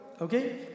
okay